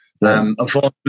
Unfortunately